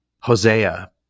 Hosea